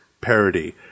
parody